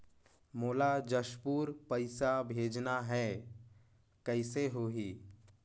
मोला जशपुर पइसा भेजना हैं, कइसे होही?